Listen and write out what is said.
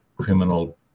criminal